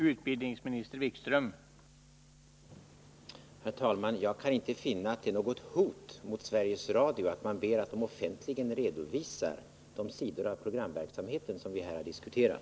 Herr talman! Jag kan inte finna att det är något hot mot Sveriges Radio att man ber bolaget att offentligen redovisa de sidor av programverksamheten som vi här diskuterar.